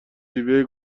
شیوه